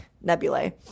nebulae